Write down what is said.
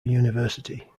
university